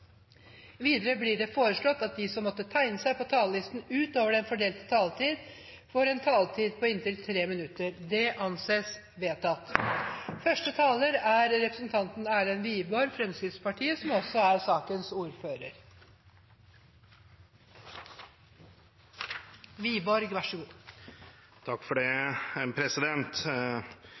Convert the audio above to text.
Videre blir det foreslått at de som måtte tegne seg på talerlisten utover den fordelte taletid, får en taletid på inntil 3 minutter. – Det anses vedtatt. Det er